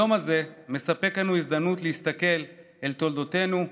היום הזה מספק לנו הזדמנות להסתכל אל תולדותינו,